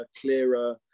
clearer